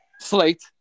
slate